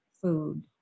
food